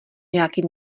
nějaký